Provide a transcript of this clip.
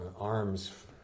arms